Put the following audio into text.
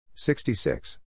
66